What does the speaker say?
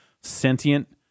sentient